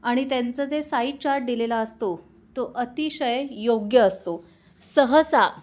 आणि त्यांचा जे साईज चाट दिलेला असतो तो अतिशय योग्य असतो सहसा